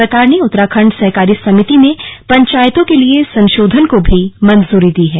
सरकार ने उत्तराखण्ड सहकारी समिति में पंचायतों के लिए संशोधन को भी मंजूरी दी है